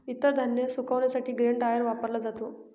इतर धान्य सुकविण्यासाठी ग्रेन ड्रायर वापरला जातो